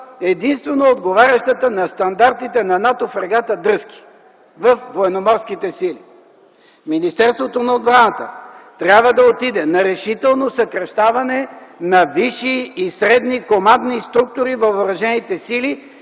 единствено отговарящата на стандартите на НАТО фрегата „Дръзки” във Военноморските сили. Министерството на отбраната трябва да отиде на решително съкращаване на висши и средни командни структури във Въоръжените сили